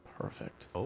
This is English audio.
Perfect